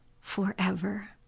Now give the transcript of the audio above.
forever